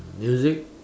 music